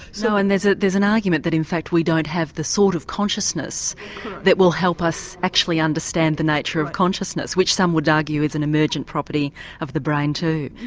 so and there's ah there's an argument that in fact we don't have the sort of consciousness that will help us actually understand the nature of consciousness which some would argue is an emergent property of the brain too.